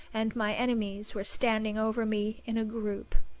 and my enemies were standing over me in a group.